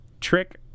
Trick